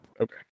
Okay